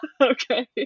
okay